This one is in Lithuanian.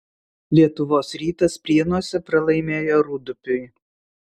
lietuvos rytas prienuose pralaimėjo rūdupiui